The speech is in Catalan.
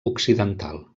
occidental